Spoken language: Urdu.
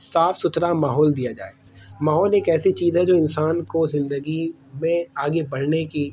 صاف ستھرا ماحول دیا جائے ماحول ایک ایسی چیز ہے جو انسان کو زندگی میں آگے بڑھنے کی